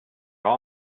all